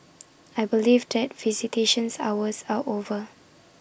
I believe that visitations hours are over